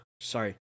sorry